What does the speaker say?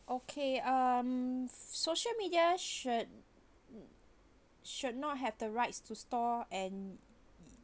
okay um social media should should not have the rights to store and